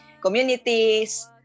communities